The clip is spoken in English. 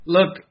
Look